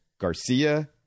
Garcia